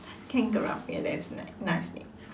Kangaraffe ya that's a ni~ nice name